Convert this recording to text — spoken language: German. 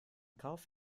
kauf